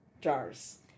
jars